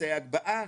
אמצעי הגבהה,